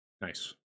Nice